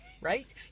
right